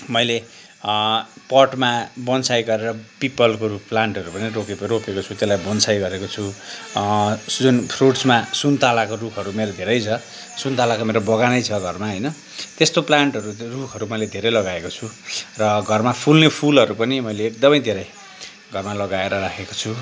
मैले पटमा बोन्साई गरेर पिपलको रुख प्लान्टहरू पनि रोपेको रोपेको छु त्यसलाई बोन्साई गरेको छु सिजन फ्रुट्समा सुन्तलाको रुखहरू मेरो धेरै छ सुन्तलाको मेरो बगानै छ घरमा होइन त्यस्तो प्लान्टहरू रुखहरू मैले धेरै लगाएको छु र घरमा फुल्ने फुलहरू पनि मैले एकदमै धेरै घरमा लगाएर राखेको छु